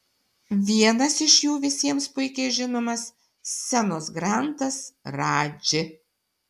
vienas iš jų visiems puikiai žinomas scenos grandas radži